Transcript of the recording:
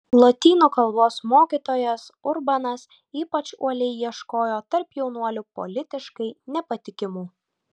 lotynų kalbos mokytojas urbanas ypač uoliai ieškojo tarp jaunuolių politiškai nepatikimų